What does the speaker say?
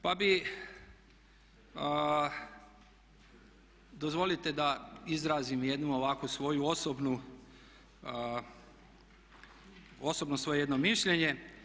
Pa bi, dozvolite da izrazim jednu ovako svoju osobnu, osobno svoje jedno mišljenje.